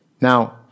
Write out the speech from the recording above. Now